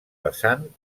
vessant